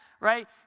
right